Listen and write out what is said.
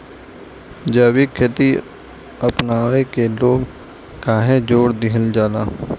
जैविक खेती अपनावे के लोग काहे जोड़ दिहल जाता?